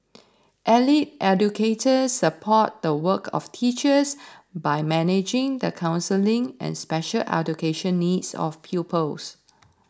allied educators support the work of teachers by managing the counselling and special education needs of pupils